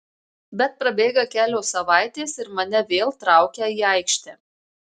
bet prabėga kelios savaitės ir mane vėl traukia į aikštę